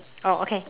oh okay